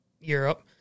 Europe